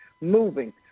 moving